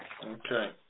Okay